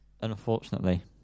unfortunately